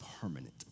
permanent